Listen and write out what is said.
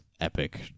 epic